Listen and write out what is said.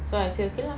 so I say okay lah